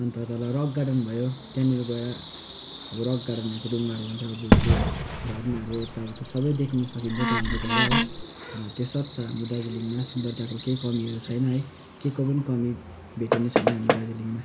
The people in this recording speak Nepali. अन्त तल रक गार्डन भयो त्यहाँनिर गएर अब रक गार्डन भनेपछि ढुङ्गाहरू हुन्छ अब त्यो झरनाहरू यताउता सबै देख्नु सकिन्छ त्यहाँनिर गएर है र त्यो सब छ हाम्रो दार्जिलिङमा सुन्दरताको केही कमीहरू छैन है केको पनि कमी भेटिने छैन हाम्रो दार्जिलिङमा